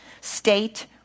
state